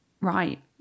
Right